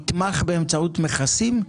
נתמך באמצעות מכסים?